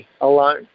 alone